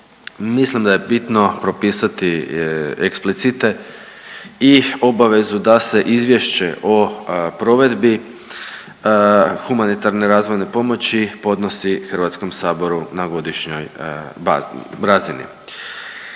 mislim da je bitno propisati eksplicite i obavezu da se izvješće o provedbi humanitarne razvojne pomoći podnosi Hrvatskom saboru na godišnjoj razini.